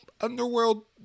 underworld